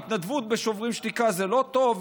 ההתנדבות בשוברים שתיקה זה לא טוב,